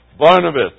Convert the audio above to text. Barnabas